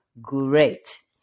great